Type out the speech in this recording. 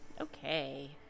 Okay